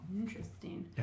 Interesting